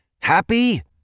Happy